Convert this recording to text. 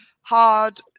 hard